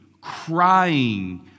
crying